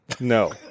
No